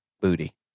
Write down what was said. Booty